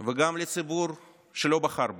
וגם לציבור שלא בחר בו.